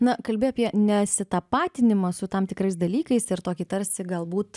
na kalbi apie nesitapatinimą su tam tikrais dalykais ir tokį tarsi galbūt